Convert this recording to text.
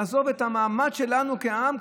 נעזוב את המעמד שלנו כעם,